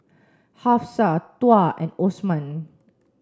Hafsa Tuah and Osman